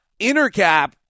Intercap